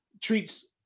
treats